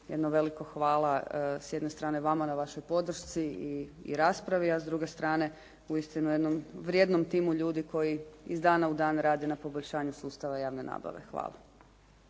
jedno veliko hvala s jedne strane vama na vašoj podršci i raspravi, a s druge strane uistinu jednom vrijednom timu ljudi koji iz dana u dan radi na poboljšanju sustava javne nabave. Hvala.